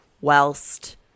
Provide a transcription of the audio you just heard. Whilst